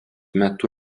metu